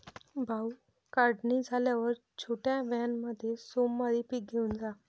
भाऊ, काढणी झाल्यावर छोट्या व्हॅनमध्ये सोमवारी पीक घेऊन जा